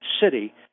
city